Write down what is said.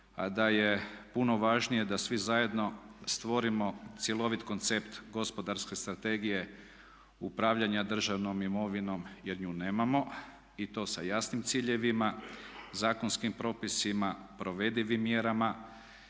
a da je puno važnije da svi zajedno stvorimo cjelovit koncept gospodarske strategije upravljanja državnom imovinom jer nju nemamo i to sa jasnim ciljevima, zakonskim propisima, provedivim mjerama